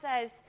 says